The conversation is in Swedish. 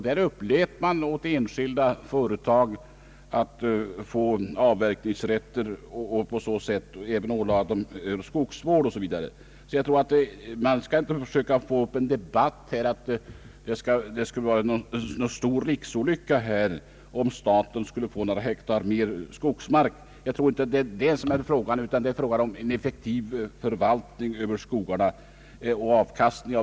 Där upplät man åt enskilda företag att få avverkningsrätter, på så sätt ålade man dem även skogsvård 0.s. Vv. Man skall inte försöka få i gång en debatt här om att det skulle vara en stor riksolycka om staten fick några hektar skogsmark till. Det är inte det frågan gäller, utan den gäller en effektiv förvaltning av skogarna och deras avkastning.